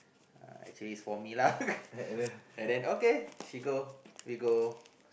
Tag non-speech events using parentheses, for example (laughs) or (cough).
actually is for me lah (laughs) and then okay she go we go